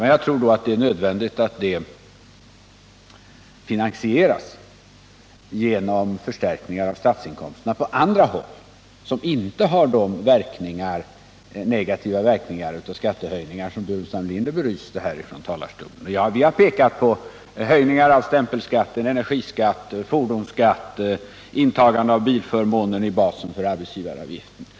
Det är då nödvändigt att de sänkningarna finansieras genom förstärkningar av statsinkomsterna på andra håll, genom skattehöjningar som inte har de negativa verkningar som Staffan Burenstam Linder belyste. Vi har pekat på höjningar av stämpelskatten, energiskatten och fordonsskatten och på intagande av bilförmånen i basen för arbetsgivaravgiften.